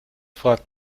fragt